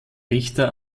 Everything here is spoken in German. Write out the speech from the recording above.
richter